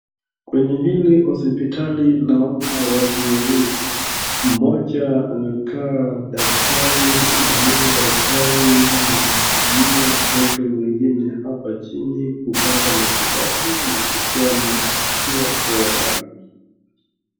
Kwenye hili hospitali naona watu wawili. Mmoja anakaa daktari na huyu daktari anamhudumia mtoto mwengine hapa chini kupata matibabu na kuwa na afya bora.